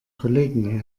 kollegen